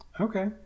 Okay